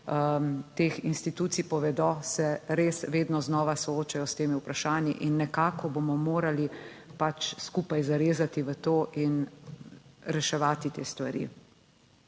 teh institucij povedo, se res vedno znova soočajo s temi vprašanji in nekako bomo morali pač skupaj zarezati v to in reševati te stvari.